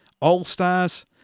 All-Stars